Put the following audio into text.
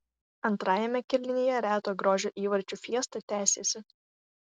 antrajame kėlinyje reto grožio įvarčių fiesta tęsėsi